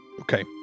Okay